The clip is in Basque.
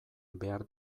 behar